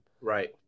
Right